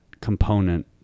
component